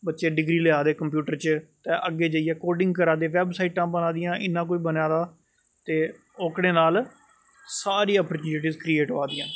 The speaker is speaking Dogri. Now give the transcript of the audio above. बच्चे डिग्रियां लेआ दे कंप्यू'टर च ते अग्गे जाइयै कोडिंग करा दे बैव साइडां बना दियां आं इन्ना कुछ बना दा ते ओह्कड़े नाल सारियां अपरचूनटी क्रिएट होइ ऐ